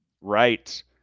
Right